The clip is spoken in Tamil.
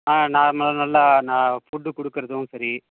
ஆ நார்மலாக நல்லா ந ஃபுட்டு கொடுக்கறதும் சரி